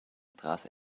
tras